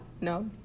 no